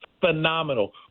Phenomenal